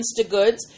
InstaGoods